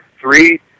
three